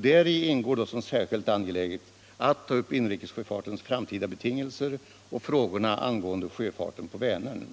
Däri ingår då som särskilt angeläget att ta upp inrikessjöfartens framtida betingelser och frågorna angående sjöfarten på Vänern.